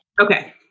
Okay